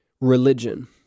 religion